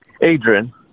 Adrian